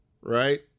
right